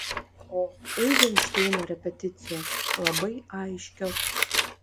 o eizenšteino repeticijos labai aiškios